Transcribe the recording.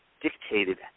dictated